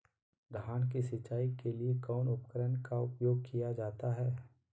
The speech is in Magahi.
धान की सिंचाई के लिए कौन उपकरण का उपयोग किया जाता है?